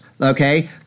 Okay